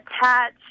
attach